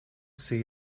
see